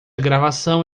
gravação